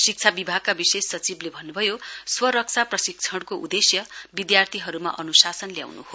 शिक्षा विभागका विशेष सचिवले भन्नुभयो स्वरक्षा प्रशिक्षणको उदेश्य विद्यार्थीहरुमा अनुशासन ल्याउनु हो